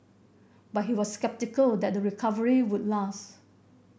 but he was sceptical that the recovery would last